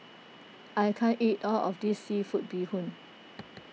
I can't eat all of this Seafood Bee Hoon